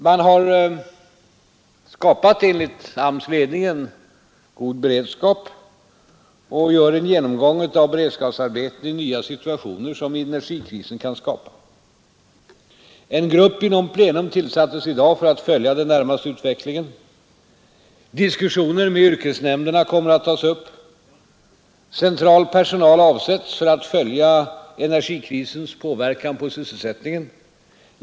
Man har enligt AMS ledning skapat en god beredskap och gör en genomgång av beredskapsarbeten i de nya situationer som energikrisen kan skapa. En grupp inom styrelsen tillsattes i dag för att följa den närmaste utvecklingen. Diskussionen med yrkesnämnderna kommer att tas upp. Central personal avsätts för att följa energikrisens inverkan på sysselsättningen.